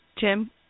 Jim